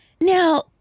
Now